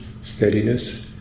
steadiness